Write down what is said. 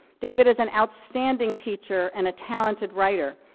david is an outstanding teacher and a talented writer,